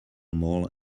mall